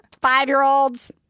five-year-olds